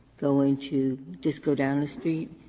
go into just go down the street,